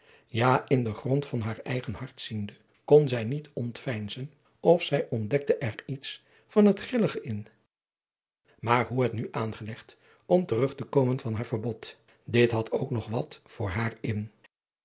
ja in den grond van haar eigen hart ziende kon zij niet ontveinzen of zij ontdekte er iets van het grillige in maar hoe het nu aangelegd om terug te komen van haar verbod dit had ook nog wat voor haar in